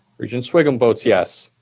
regent sviggum votes yes.